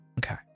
Okay